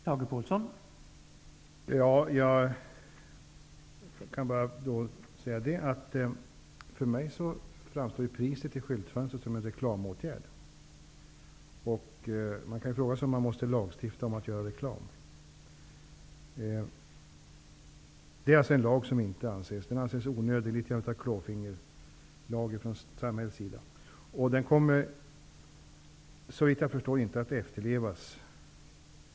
Herr talman! Jag kan bara säga att för mig framstår priser i skyltfönster som en reklamåtgärd. Man kan fråga sig om det är nödvändigt att lagstifta om att göra reklam. Det är en lag som anses onödig, som en klåfingrighet från samhällets sida. Såvitt jag förstår kommer den inte att efterlevas. Det har vi redan sett.